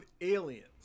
aliens